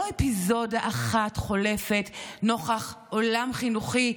אפיזודה אחת חולפת נוכח עולם חינוכי,